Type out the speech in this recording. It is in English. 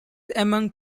among